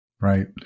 Right